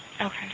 Okay